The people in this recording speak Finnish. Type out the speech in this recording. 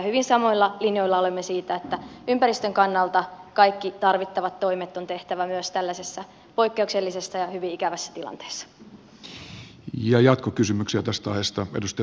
hyvin samoilla linjoilla olemme siitä että ympäristön kannalta kaikki tarvittavat toimet on tehtävä myös tällaisessa poikkeuksellisessa ja hyvin ikävässä tilanteessa